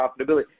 profitability